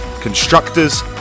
constructors